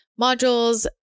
modules